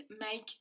make